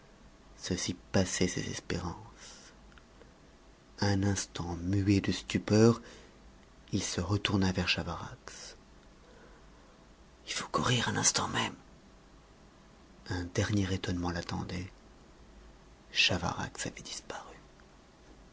ceci passait ses espérances un instant muet de stupeur il se retourna vers chavarax il faut courir à l'instant même un dernier étonnement l'attendait chavarax avait disparu